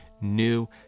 new